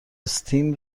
stem